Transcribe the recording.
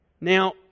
Now